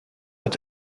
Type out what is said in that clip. het